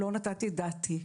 לא נתתי את דעתי.